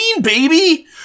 baby